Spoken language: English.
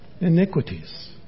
iniquities